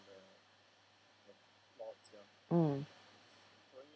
mm